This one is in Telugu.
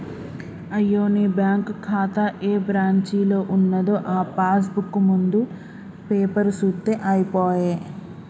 అయ్యో నీ బ్యాంకు ఖాతా ఏ బ్రాంచీలో ఉన్నదో ఆ పాస్ బుక్ ముందు పేపరు సూత్తే అయిపోయే